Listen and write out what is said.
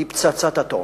היא פצצת אטום.